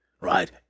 right